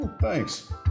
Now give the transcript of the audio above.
Thanks